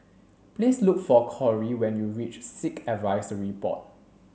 please look for Korey when you reach Sikh Advisory Board